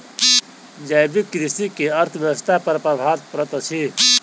जैविक कृषि के अर्थव्यवस्था पर प्रभाव पड़ैत अछि